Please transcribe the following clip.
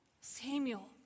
Samuel